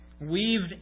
weaved